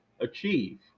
achieve